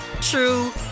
true